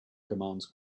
commands